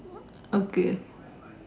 okay